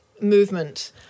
movement